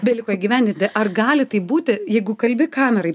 beliko įgyvendinti ar gali tai būti jeigu kalbi kamerai